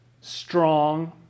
strong